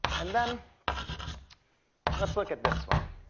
and then let's look at this one.